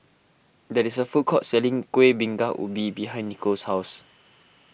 there is a food court selling Kueh Bingka Ubi behind Nico's house